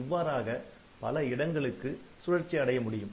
இவ்வாறாக பல இடங்களுக்கு சுழற்சி அடையமுடியும்